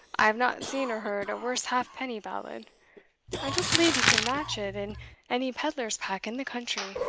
i have not seen or heard a worse halfpenny ballad i don't believe you could match it in any pedlar's pack in the country.